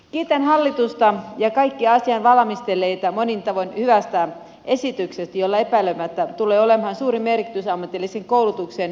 kiitän hallitusta ja kaikkia asian valmistelleita monin tavoin hyvästä esityksestä jolla epäilemättä tulee olemaan suuri merkitys ammatillisen koulutuksen järjestämisessä maassamme